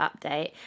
update